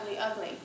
ugly